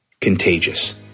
contagious